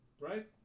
right